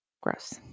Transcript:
gross